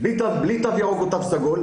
בלי תו ירוק או תו סגול,